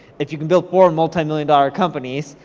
if you can build four and multi-million dollar companies,